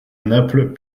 naples